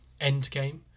Endgame